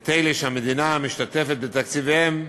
את אלה שהמדינה משתתפת בתקציביהם,